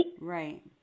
Right